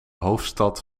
hoofdstad